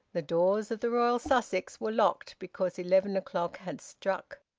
the doors of the royal sussex were locked, because eleven o'clock had struck.